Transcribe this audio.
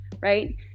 right